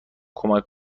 کمک